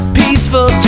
peaceful